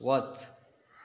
वच